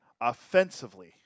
offensively